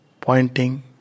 pointing